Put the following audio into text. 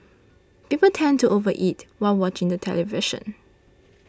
people tend to over eat while watching the television